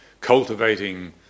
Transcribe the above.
cultivating